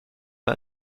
m’a